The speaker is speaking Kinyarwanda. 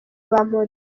bamporiki